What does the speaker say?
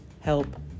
help